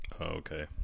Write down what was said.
Okay